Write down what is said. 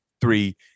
three